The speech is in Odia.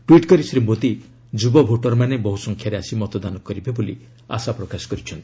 ଟ୍ୱିଟ୍ କରି ଶ୍ରୀ ମୋଦି ଯୁବ ଭୋଟର୍ମାନେ ବହୁ ସଂଖ୍ୟାରେ ଆସି ମତଦାନ କରିବେ ବୋଲି ଆଶା ପ୍ରକାଶ କରିଛନ୍ତି